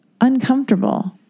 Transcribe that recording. uncomfortable